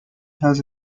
has